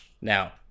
Now